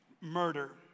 Murder